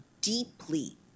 deeply